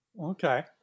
Okay